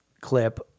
clip